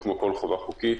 וכמו כל חובה חוקית